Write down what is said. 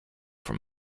from